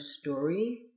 story